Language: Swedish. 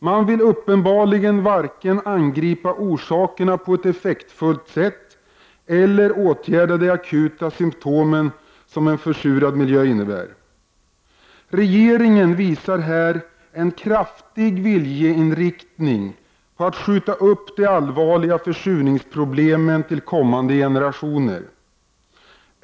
Man vill uppenbarligen varken angripa orsakerna på ett effektfullt sätt eller åtgärda de akuta symptom som en försurad miljö visar upp. Regeringen visar här en kraftig viljeinriktning som går ut på att skjuta upp de allvarliga försurningsproblemen till kommande generationer.